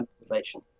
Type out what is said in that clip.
motivation